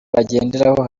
bagenderaho